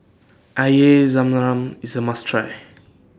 Air Zam Zam IS A must Try